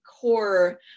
core